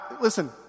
listen